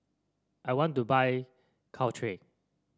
I want to buy Caltrate